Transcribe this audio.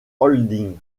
holdings